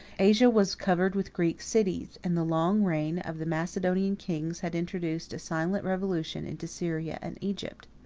asia was covered with greek cities, and the long reign of the macedonian kings had introduced a silent revolution into syria and egypt.